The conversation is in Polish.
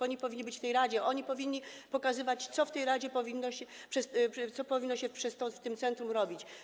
Oni powinni być w tej radzie, oni powinni pokazywać, co w tej radzie powinno się... co powinno się w tym centrum robić.